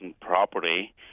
property